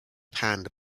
panned